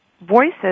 voices